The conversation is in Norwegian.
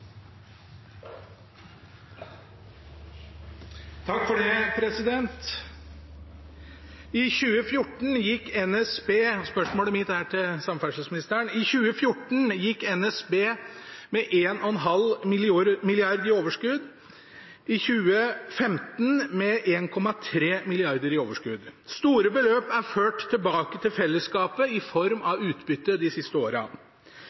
til samferdselsministeren. I 2014 gikk NSB med 1,5 mrd. kr i overskudd og i 2015 med 1,3 mrd. kr i overskudd. Store beløp er ført tilbake til fellesskapet i form av utbytte de siste åra.